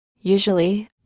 usually